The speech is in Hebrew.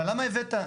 אבל למה הבאת?